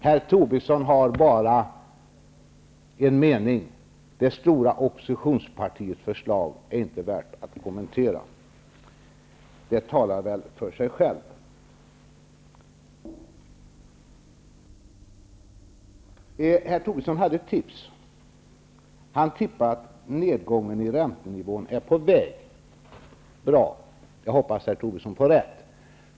Herr Tobisson har bara en mening i sitt anförande: Det stora oppositionspartiets förslag är inte värt att kommentera. Det talar för sig självt. Herr Tobisson hade ett tips. Han tippade att nedgången i räntenivån är på väg. Bra. Jag hoppas att herr Tobisson får rätt.